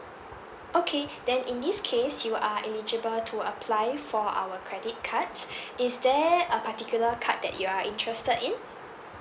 okay then in this case you are eligible to apply for our credit cards is there a particular card that you are interested in